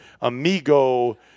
amigo